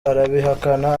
arabihakana